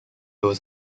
was